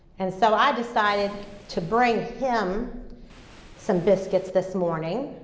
and so i decided to bring him some biscuits this morning.